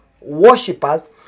worshippers